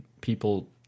people